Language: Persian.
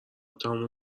تموم